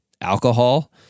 alcohol